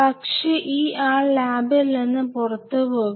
പക്ഷേ ഈ ആൾ ലാബിൽ നിന്ന് പുറത്തു പോകുന്നു